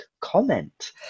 comment